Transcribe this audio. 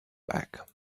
back